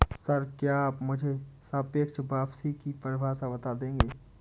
Sir, क्या आप मुझे सापेक्ष वापसी की परिभाषा बता देंगे?